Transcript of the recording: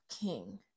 king